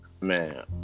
man